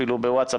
אפילו בווטסאפ,